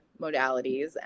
modalities